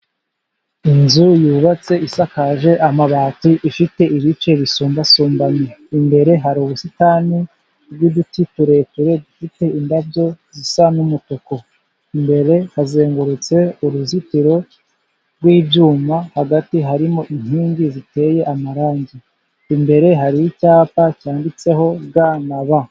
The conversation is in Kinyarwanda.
Inzu yubatse isakaje amabati ifite ibice bisumbasumbanye. Imbere hari ubusitani bw'uduti turerure dufite indabo zisa n'umutuku, imbere hazengurutse uruzitiro rw'ibyuma, hagati harimo inkingi ziteye amarangi imbere, hari icyapa cyanditseho ga na ba.